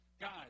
Guys